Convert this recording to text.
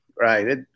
Right